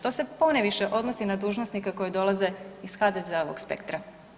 To se ponajviše odnosi na dužnosnike koji dolaze iz HDZ-ovog spektra.